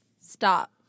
Stop